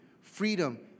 freedom